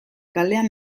kalean